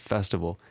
Festival